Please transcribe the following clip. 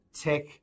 tech